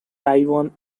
taiwan